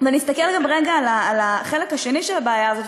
נסתכל רגע על החלק השני של הבעיה הזאת,